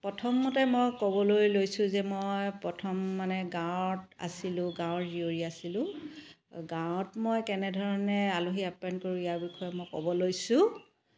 প্ৰথমতে মই ক'বলৈ লৈছো যে মই প্ৰথম মানে গাঁৱত আছিলো গাঁৱৰ জীয়ৰী আছিলো গাঁৱত মই কেনেধৰণে আলহী আপ্যায়ন কৰো ইয়াৰ বিষয়ে মই ক'ব লৈছোঁ